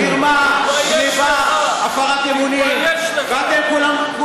מרמה, גנבה, הפרת אמונים, תתבייש לך.